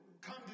come